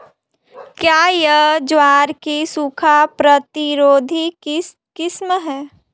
क्या यह ज्वार की सूखा प्रतिरोधी किस्म है?